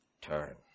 Turn